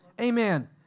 Amen